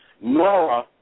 Nora